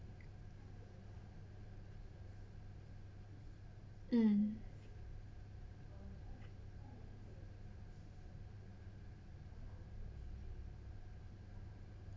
mm